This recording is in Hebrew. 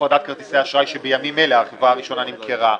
הפרדת כרטיסי האשראי שבימים --- הראשונה נמכרה.